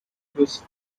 across